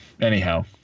Anyhow